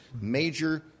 major